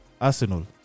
Arsenal